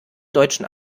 deutschen